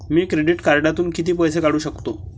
मी credit कार्डातून किती पैसे काढू शकतो?